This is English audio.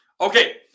Okay